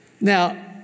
now